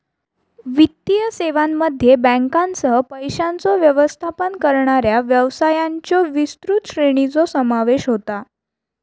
वित्तीय सेवांमध्ये बँकांसह, पैशांचो व्यवस्थापन करणाऱ्या व्यवसायांच्यो विस्तृत श्रेणीचो समावेश होता